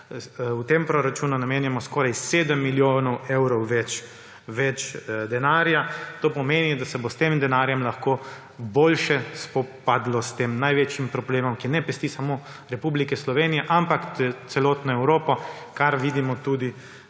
v tem proračunu namenjamo skoraj 7 milijonov evrov več denarja. To pomeni, da se bo s tem denarjem lahko boljše spopadlo s tem največjim problemom, ki ne pesti samo Republike Slovenije, ampak celotno Evropo, ko vidimo